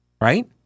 right